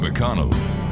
McConnell